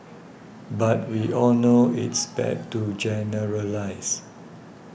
but we all know it's bad to generalise